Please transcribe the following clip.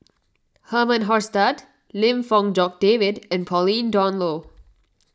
Herman Hochstadt Lim Fong Jock David and Pauline Dawn Loh